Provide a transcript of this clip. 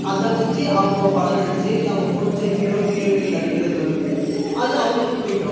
அதைப் பற்றி அவங்க ஒரு படம் நடிச்சு இல்லை அவங்க பிடிச்ச ஹீரோ ஹீரோயின் நடிக்கிறது வந்து அது அவங்களுக்கு பிடிக்கும்